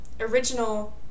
original